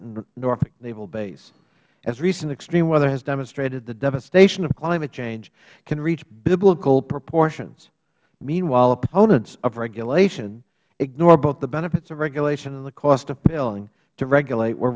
and norfolk naval base as recent extreme weather has demonstrated the devastation of climate change can reach biblical proportions meanwhile opponents of regulation ignore both the benefits of regulation and the cost of failing to regulate w